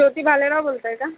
ज्योती भालेराव बोलत आहे का